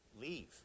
leave